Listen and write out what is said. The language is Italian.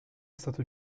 stato